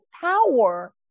power